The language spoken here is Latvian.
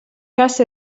kas